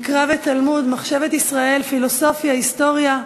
מקרא ותלמוד, מחשבת ישראל, פילוסופיה, היסטוריה,